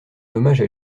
hommage